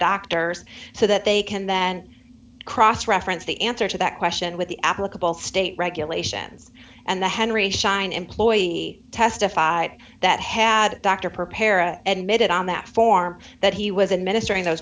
doctors so that they can then cross reference the answer to that question with the applicable state regulations and the henry schein employee testified that had dr prepare and made it on that form that he was administering those